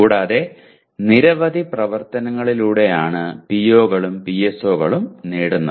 കൂടാതെ നിരവധി പ്രവർത്തനങ്ങളിലൂടെയാണ് PO കളും PSO കളും നേടുന്നത്